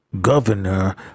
Governor